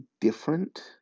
different